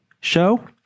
show